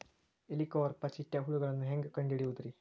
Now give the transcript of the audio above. ಹೇಳಿಕೋವಪ್ರ ಚಿಟ್ಟೆ ಹುಳುಗಳನ್ನು ಹೆಂಗ್ ಕಂಡು ಹಿಡಿಯುದುರಿ?